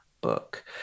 book